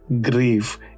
grief